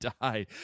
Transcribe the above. die